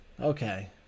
Okay